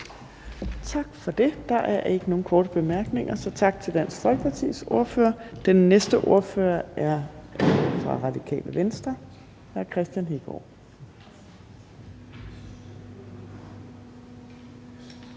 Torp): Der er ikke nogen korte bemærkninger, så tak til Dansk Folkepartis ordfører. Den næste ordfører er fra Radikale Venstre, hr. Kristian Hegaard.